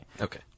Okay